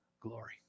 glory